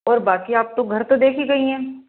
और बाक़ी आप तो घर तो देख ही गई हैं